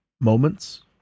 moments